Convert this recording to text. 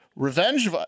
Revenge